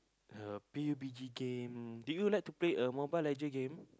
uh P_U_B_G game do you like to play uh Mobile-Legend game